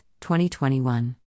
2021